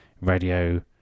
radio